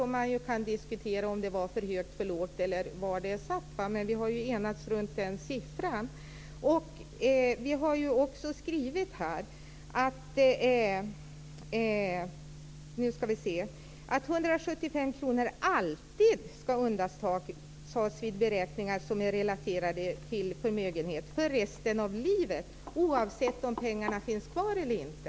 Man kan diskutera om detta var för högt eller för lågt, men vi har ju enats runt den siffran. Vi har också skrivit att "175 000 kr alltid skall undantas vid beräkningar som är relaterade till förmögenhet, för resten av livet och oavsett om pengarna finns kvar eller inte".